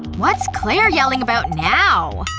what's clair yelling about now?